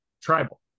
Tribal